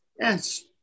Yes